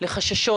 לחששות,